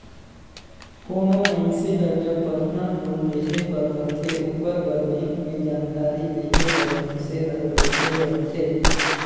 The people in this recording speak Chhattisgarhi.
कोनो मइनसे ल जब परसनल लोन लेहे बर रहथे ओकर बर बेंक में जानकारी देहे बर मइनसे हर बइठे रहथे